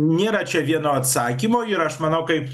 nėra čia vieno atsakymo ir aš manau kaip